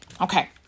Okay